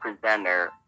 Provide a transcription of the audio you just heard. Presenter